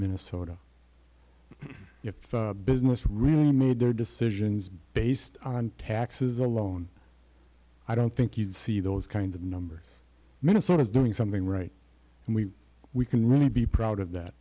minnesota your business really made their decisions based on taxes alone i don't think you'd see those kinds of numbers minnesotans doing something right we can really be proud of that